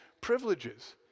privileges